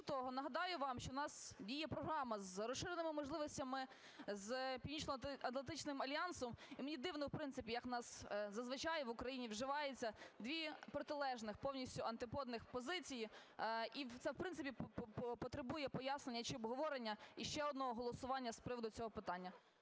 нагадаю вам, що в нас діє Програма розширених можливостей з Північноатлантичним альянсом, і мені дивно, в принципі, як в нас зазвичай в Україні вживається дві протилежних, повністю антиподних позиції, і це, в принципі, потребує пояснення чи обговорення і ще одного голосування з приводу цього питання.